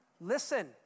listen